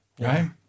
right